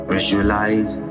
Visualize